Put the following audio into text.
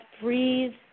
breathe